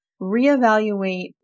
reevaluate